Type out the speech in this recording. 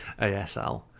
ASL